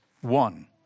one